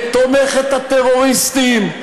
את תומכת הטרוריסטים,